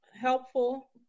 helpful